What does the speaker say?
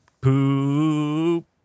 poop